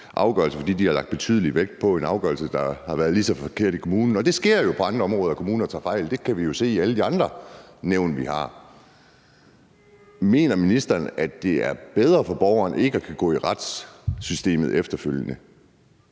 fordi de har lagt betydelig vægt på en afgørelse, der har været lige så forkert i kommunen – og det sker jo på andre områder, at kommuner tager fejl, det kan vi jo se i alle de andre nævn, vi har – mener ministeren så, at det er bedre for borgeren ikke at kunne gå til retssystemet efterfølgende?